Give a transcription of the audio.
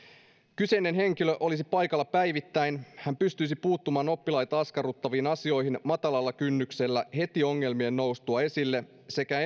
kyseinen henkilö olisi paikalla päivittäin hän pystyisi puuttumaan oppilaita askarruttaviin asioihin matalalla kynnyksellä heti ongelmien noustua esille sekä